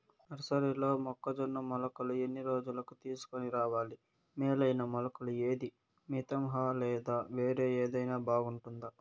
నర్సరీలో మొక్కజొన్న మొలకలు ఎన్ని రోజులకు తీసుకొని రావాలి మేలైన మొలకలు ఏదీ? మితంహ లేదా వేరే ఏదైనా బాగుంటుందా?